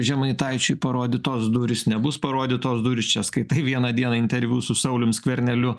žemaitaičiui parodytos durys nebus parodytos durys čia skaitai vieną dieną interviu su saulium skverneliu